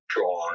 draw